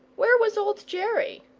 where was old jerry?